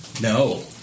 no